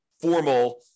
formal